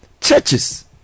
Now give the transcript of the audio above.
churches